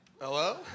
Hello